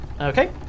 Okay